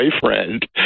boyfriend